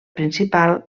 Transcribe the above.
principal